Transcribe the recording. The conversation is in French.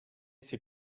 c’est